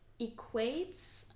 equates